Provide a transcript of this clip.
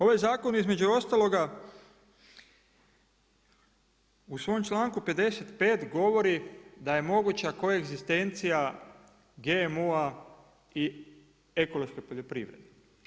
Ovaj zakon između ostaloga u svom članku 55. govori da je moguća koja egzistencija GMO-a i ekološke poljoprivrede.